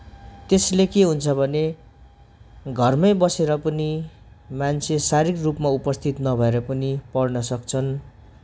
त्यसले के हुन्छ भने घरमै बसेर पनि मान्छे शारीरिकरूपमा उपस्थित नभएर पनि पढन सक्छन्